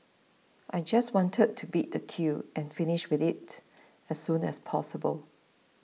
I just wanted to beat the queue and finish with it as soon as possible